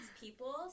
people